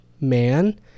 man